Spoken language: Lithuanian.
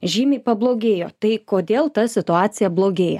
žymiai pablogėjo tai kodėl ta situacija blogėja